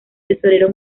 tesorero